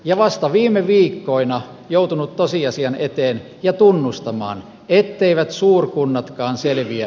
ja vasta viime viikkoina joutunut tosiasian eteen ja tunnustamaan etteivät suurkunnatkaan selviä